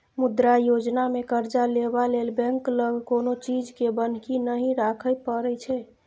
मुद्रा योजनामे करजा लेबा लेल बैंक लग कोनो चीजकेँ बन्हकी नहि राखय परय छै